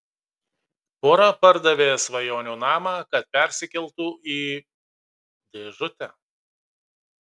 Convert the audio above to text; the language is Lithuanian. pora pardavė svajonių namą kad persikeltų į dėžutę